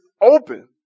open